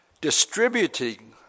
distributing